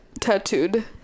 tattooed